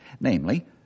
Namely